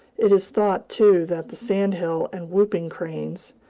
it is thought, too, that the sand-hill and whooping cranes,